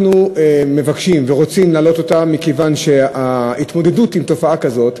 אנחנו מבקשים ורוצים להעלות אותה מכיוון שההתמודדות עם תופעה כזאת,